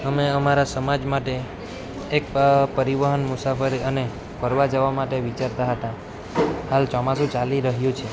અમે અમારા સમાજ માટે એક પરિવહન મુસાફરી અને ફરવા જવા માટે વિચારતા હતા હાલ ચોમાસું ચાલી રહ્યું છે